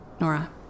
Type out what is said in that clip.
Nora